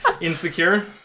insecure